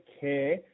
care